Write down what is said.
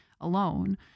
alone